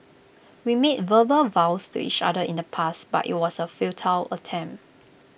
we made verbal vows to each other in the past but IT was A futile attempt